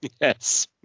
Yes